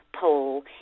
poll